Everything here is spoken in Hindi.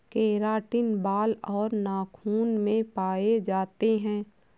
केराटिन बाल और नाखून में पाए जाते हैं